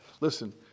Listen